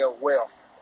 wealth